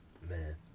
Man